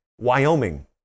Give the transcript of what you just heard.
Wyoming